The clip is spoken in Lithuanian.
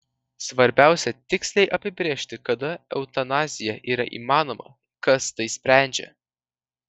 svarbiausia tiksliai apibrėžti kada eutanazija yra įmanoma kas tai sprendžia